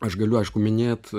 aš galiu aišku minėt